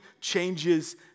changes